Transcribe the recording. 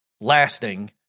lasting